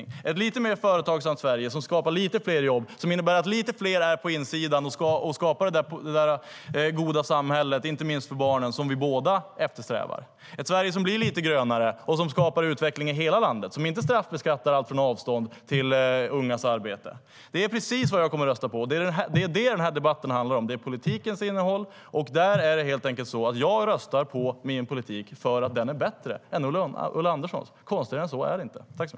Det handlar om ett lite mer företagsamt Sverige som skapar lite fler jobb, som innebär att lite fler är på insidan och skapar det goda samhälle, inte minst för barnen, som vi båda eftersträvar. Det är ett Sverige som blir lite grönare, som skapar utveckling i hela landet och som inte straffbeskattar allt från avstånd till ungas arbete.